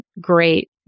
great